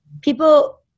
People